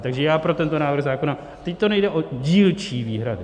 Takže já pro tento návrh zákona vždyť nejde o dílčí výhradu.